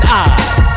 eyes